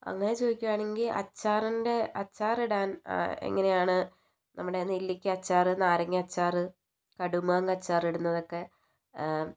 അങ്ങനെ ചോദീകുവാണെങ്കിൽ അച്ചാറിൻ്റെ അച്ചാറിടാൻ എങ്ങനെയാണ് നമ്മുടെ നെല്ലിയ്ക്കാ അച്ചാർ നാരങ്ങാ അച്ചാർ കടുമാങ്ങാ അച്ചാറിടുന്നത് ഒക്കെ